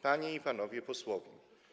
Panie i Panowie Posłowie!